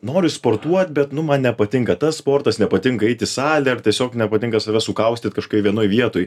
noriu sportuot bet nu man nepatinka tas sportas nepatinka eit į salę ar tiesiog nepatinka save sukaustyt kažkokioj vienoj vietoj